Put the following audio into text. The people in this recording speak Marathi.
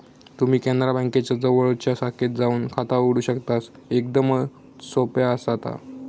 तुम्ही कॅनरा बँकेच्या जवळच्या शाखेत जाऊन खाता उघडू शकतस, एकदमच सोप्या आसा ता